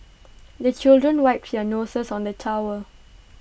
the children wipe their noses on the towel